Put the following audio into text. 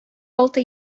алты